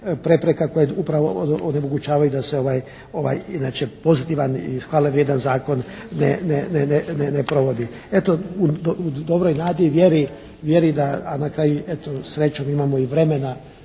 prepreka koje upravo onemogućavaju da se ovaj inače pozitivan i hvale vrijedan zakon ne provodi. Eto, u dobroj nadi i vjeri da a na kraju eto srećom imamo i vremena